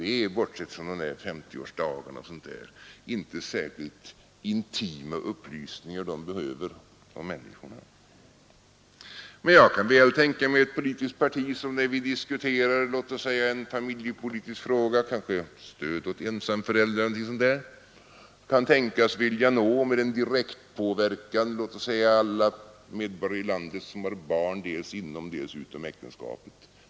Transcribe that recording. Det är bortsett från 50-årsdagar och sådant inte särskilt intima upplysningar de behöver om människorna. Men jag kan väl tänka mig ett politiskt parti, som när vi diskuterar t.ex. en familjepolitisk fråga, kanske stöd åt ensamstående föräldrar eller något sådant, skulle vilja nå med direktpåverkan låt oss säga alla medborgare i landet som har barn dels inom, dels utom äktenskapet.